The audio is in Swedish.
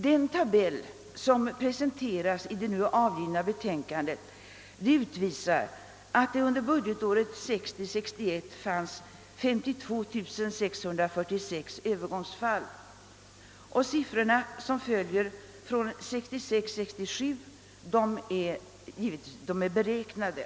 Den tabell som presenteras i pensionsförsäkringskommitténs i maj avgivna betänkande visar att det under budgetåret 1960 67 är beräknade.